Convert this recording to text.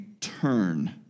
turn